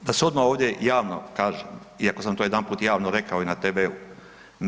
Da se odmah ovdje javno kaže iako sam to jedanput javno rekao i na tv-u.